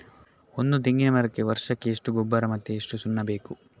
ಒಂದು ತೆಂಗಿನ ಮರಕ್ಕೆ ವರ್ಷಕ್ಕೆ ಎಷ್ಟು ಗೊಬ್ಬರ ಮತ್ತೆ ಎಷ್ಟು ಸುಣ್ಣ ಬೇಕು?